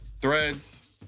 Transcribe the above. threads